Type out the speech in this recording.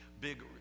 big